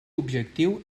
objectiu